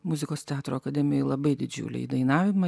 muzikos teatro akademijoj labai didžiuliai į dainavimą